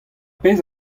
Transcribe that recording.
pezh